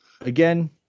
again